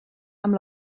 amb